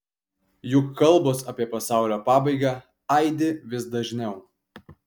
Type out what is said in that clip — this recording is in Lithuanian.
juk kalbos apie pasaulio pabaigą aidi vis dažniau